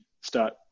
start